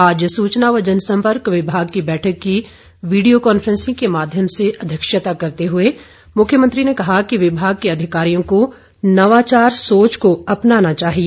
आज सूचना व जनसंपर्क विभाग की बैठक की वीडियो कांफ्रेसिंग के माध्यम से अध्यक्षता करते हुए मुख्यमंत्री ने कहा कि विभाग के अधिकारियों को नवाचार सोच को अपनाना चाहिए